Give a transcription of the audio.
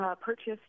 purchased